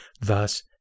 Thus